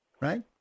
right